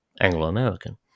Anglo-American